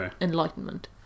enlightenment